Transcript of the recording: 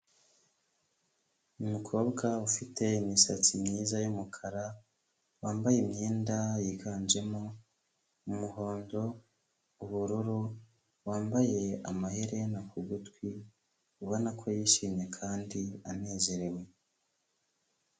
Umukobwa ufite imisatsi myiza y'umukara wambaye imyenda yiganjemo umuhondo, ubururu, wambaye amaherena ku gutwi ubona ko yishimye kandi anezerewe.